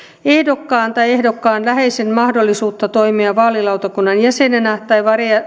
ehdokkaan tai ehdokkaan läheisen mahdollisuutta toimia vaalilautakunnan jäsenenä tai